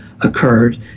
occurred